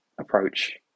approach